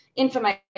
information